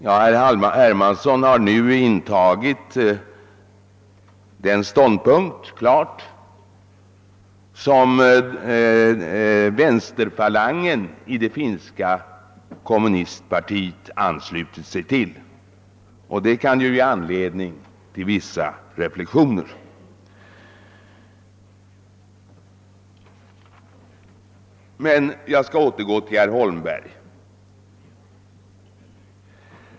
Men nu har herr Hermansson klart anslutit sig till den ståndpunkt som vänsterfalangen i det finska kommunistpartiet har intagit, vilket kan ge anledning till vissa reflexioner. Jag skall emellertid återgå till herr Holmberg.